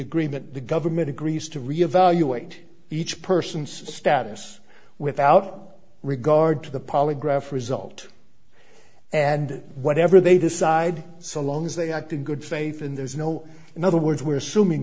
agreement the government agrees to re evaluate each person's status without regard to the polygraph result and whatever they decide so long as they act in good faith and there's no in other words we're assuming